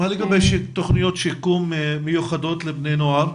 מה לגבי תוכניות שיקום מיוחדות לבני נוער?